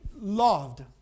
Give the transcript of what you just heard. loved